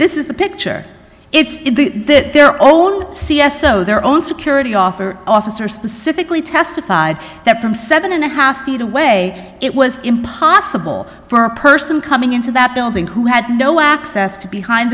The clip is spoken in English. this is the picture it's the that their own c s o their own security officer officer specifically testified that from seven and a half feet away it was impossible for a person coming into that building who had no access to behind